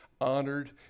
honored